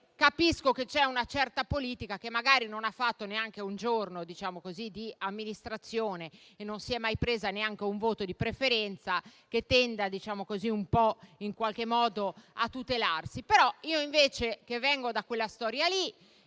Capisco che c'è una certa politica che magari non ha fatto neanche un giorno di amministrazione e non si è mai presa neanche un voto di preferenza, che tenda in qualche modo a tutelarsi. Io invece vengo da quella storia e